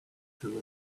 through